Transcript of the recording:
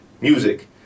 music